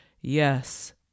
yes